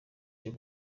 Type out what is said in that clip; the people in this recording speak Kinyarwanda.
cyo